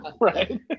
right